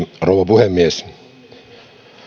rouva puhemies